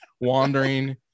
wandering